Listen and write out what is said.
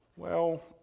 well,